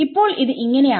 ഇപ്പോൾ ഇത് ആവും